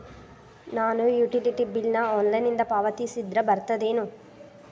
ನಾನು utility bill ನ ಆನ್ಲೈನಿಂದ ಪಾವತಿಸಿದ್ರ ಬರ್ತದೇನು?